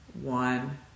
one